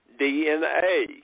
DNA